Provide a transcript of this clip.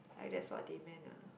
like that's what they meant ah